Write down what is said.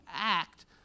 act